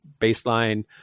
baseline